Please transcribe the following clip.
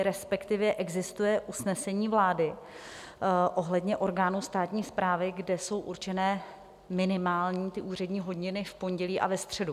respektive existuje usnesení vlády ohledně orgánů státní správy, kde jsou určené minimální úřední hodiny v pondělí a ve středu.